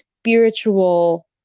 spiritual